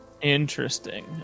Interesting